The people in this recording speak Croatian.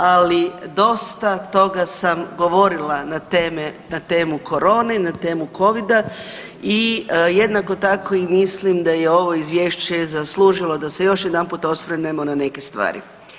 Ali, dosta toga sam govorila na teme, na temu korone i na temu Covida i jednako tako i mislim da je ovo Izvješće zaslužilo da se još jedanput osvrnemo na neke stvari.